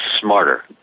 smarter